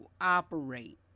operate